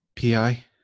PI